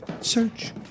search